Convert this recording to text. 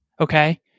okay